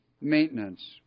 maintenance